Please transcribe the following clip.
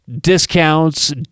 discounts